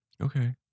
Okay